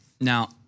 Now